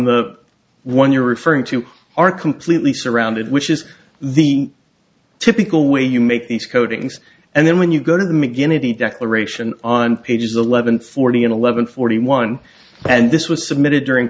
the one you're referring to are completely surrounded which is the typical way you make these coatings and then when you go to the mcguinty declaration on pages eleven forty eleven forty one and this was submitted during